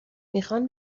میخوان